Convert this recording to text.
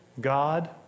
God